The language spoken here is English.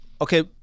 okay